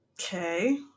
Okay